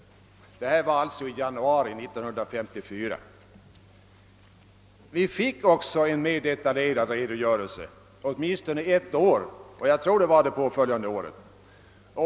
Detta var alltså i januari 1954. Vi fick också en mer detaljerad redogörelse, åtminstone ett år, och jag tror att det var det påföljande året.